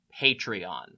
Patreon